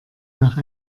nach